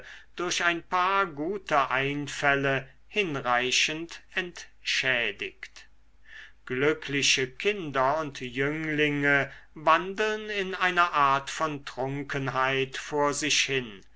durch ein paar gute einfälle hinreichend entschädigt glückliche kinder und jünglinge wandeln in einer art von trunkenheit vor sich hin